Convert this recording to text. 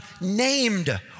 named